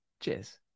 cheers